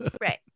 Right